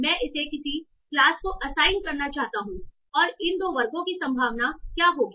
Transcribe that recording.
मैं इसे किसी क्लास को असाइन करना चाहता हूं और इन 2 वर्गों की संभावना क्या होगी